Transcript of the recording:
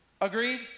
Agreed